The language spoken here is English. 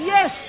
Yes